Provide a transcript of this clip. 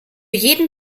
jeden